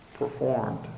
performed